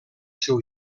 seu